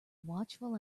watchful